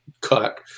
cut